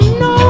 no